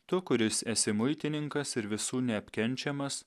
tu kuris esi muitininkas ir visų neapkenčiamas